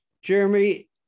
Jeremy